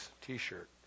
t-shirt